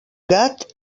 gat